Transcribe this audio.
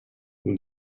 nous